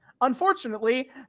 Unfortunately